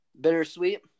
bittersweet